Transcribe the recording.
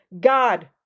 God